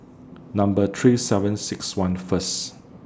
Number three seven six one First